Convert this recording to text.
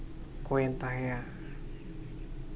ᱠᱚᱭᱮᱱ ᱛᱟᱦᱮᱱᱟ